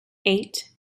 eight